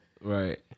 Right